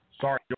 Sorry